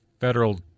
federal